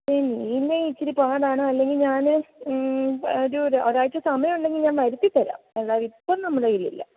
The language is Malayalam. പച്ചയും നീലയും ഇച്ചിരി പാടാണ് അല്ലെങ്കിൽ ഞാൻ ഒരു ഒരാഴ്ച സമയം ഉണ്ടെങ്കിൽ ഞാൻ വരുത്തി തരാം അല്ലാതെ ഇപ്പോൾ നമ്മുടെ കയ്യിൽ ഇല്ല